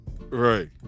Right